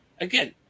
again